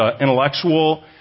intellectual